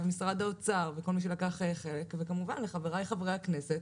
משרד האוצר וכל מי שלקח חלק וכמובן לחברי חברי הכנסת